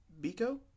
Bico